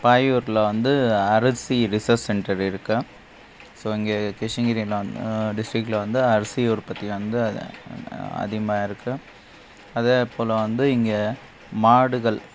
பாயூரில் வந்து அரிசி research centre இருக்கு ஸோ இங்கே கிருஷ்ணகிரியில் வந்து டிஸ்ட்ரிக்கில் வந்து அரிசி உற்பத்தி வந்து அதிகமாக இருக்கு அதே போல் வந்து இங்கே மாடுகள்